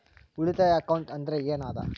ಉಳಿತಾಯ ಅಕೌಂಟ್ ಅಂದ್ರೆ ಏನ್ ಅದ?